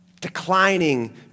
declining